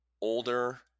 older